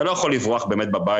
אתה לא יכול לברוח באמת בבית,